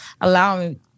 allowing